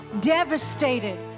devastated